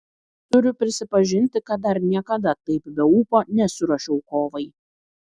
turiu prisipažinti kad dar niekada taip be ūpo nesiruošiau kovai